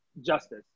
justice